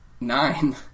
nine